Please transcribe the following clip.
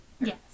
yes